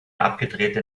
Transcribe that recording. abgetrennte